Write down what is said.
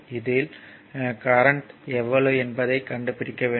இதில் கரண்ட் எவ்வளவு என்பதைக் கண்டுபிடிக்க வேண்டும்